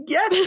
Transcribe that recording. Yes